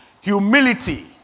Humility